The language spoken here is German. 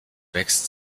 wächst